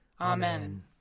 Amen